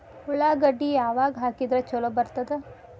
ಉಳ್ಳಾಗಡ್ಡಿ ಯಾವಾಗ ಹಾಕಿದ್ರ ಛಲೋ ಬರ್ತದ?